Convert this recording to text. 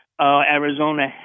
Arizona